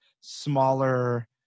smaller